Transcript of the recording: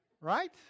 right